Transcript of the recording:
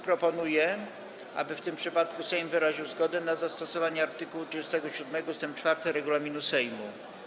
Proponuję, aby w tym przypadku Sejm wyraził zgodę na zastosowanie art. 37 ust. 4 regulaminu Sejmu.